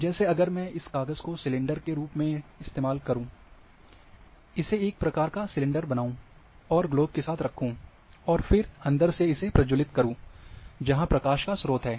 जैसे अगर मैं इस काग़ज़ को सिलेंडर के रूप में इस्तेमाल करता हूँ इसे एक प्रकार का सिलेंडर बनाएं और ग्लोब के साथ रखें और फिर अंदर से इसे प्रज्वलित करें जहाँ प्रकार प्रकाश का स्रोत है